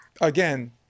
again